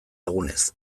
egunez